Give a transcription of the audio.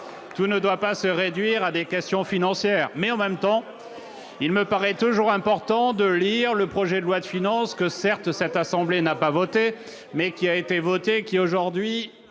tout ne doit pas se réduire à des questions financières, mais en même temps, il me paraît toujours important de lire le projet de loi de finances que certes, cette assemblée n'a pas voté, mais qui a été votée, qui aujourd'hui